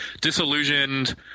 Disillusioned